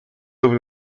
over